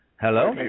Hello